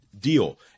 deal